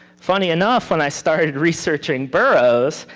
funny enough, when i started researching burroughs,